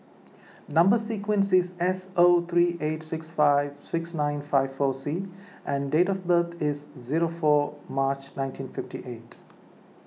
Number Sequence is S O three eight six five six nine five four C and date of birth is zero four March nineteen fifty eight